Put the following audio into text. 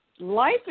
life